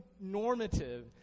normative